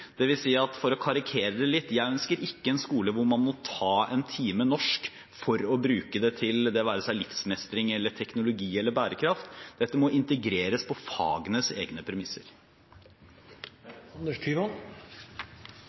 For å karikere det litt: Jeg ønsker ikke en skole hvor man må ta en time norsk og bruke den til det være seg livsmestring, teknologi eller bærekraft. Dette må integreres på fagenes egne premisser.